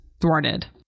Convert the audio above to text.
thwarted